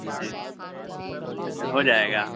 جی جی اچھا ہو جائے گا